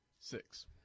six